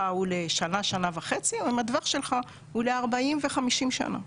הוא לשנה-שנה וחצי או אם הטווח שלך הוא ל-40 ו-50 שנה.